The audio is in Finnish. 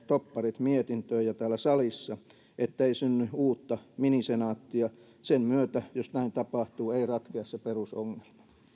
topparit mietintöön jo täällä salissa ettei synny uutta mini senaattia sen myötä jos näin tapahtuu ei ratkea se perusongelma